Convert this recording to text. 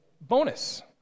bonus